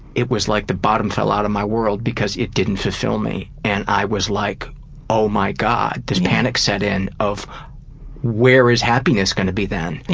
it was like the bottom fell outta my world because it didn't fulfill me. and i was like oh my god' this panic set in of where is happiness gonna be then? yeah.